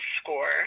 score